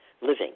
living